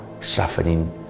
suffering